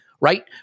right